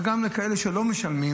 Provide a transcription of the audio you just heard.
גם כאלה שלא משלמים,